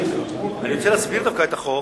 אני רוצה להסביר דווקא את החוק.